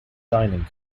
dining